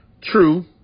True